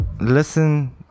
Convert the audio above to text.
Listen